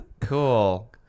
Cool